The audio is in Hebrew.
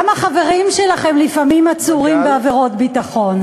גם החברים שלכם לפעמים עצורים בעבירות ביטחון.